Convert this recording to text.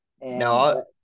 No